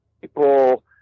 people